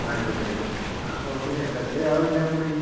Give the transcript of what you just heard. ആയിക്കോട്ടെ ആയിക്കോട്ടെ ആ കുഴപ്പം ഇല്ല ഇപ്പം എത്ര ആവും എല്ലാം കൂടി